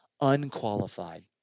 unqualified